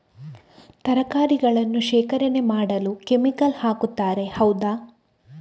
ತರಕಾರಿಗಳನ್ನು ಶೇಖರಣೆ ಮಾಡಲು ಕೆಮಿಕಲ್ ಹಾಕುತಾರೆ ಹೌದ?